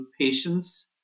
patience